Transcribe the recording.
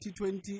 2020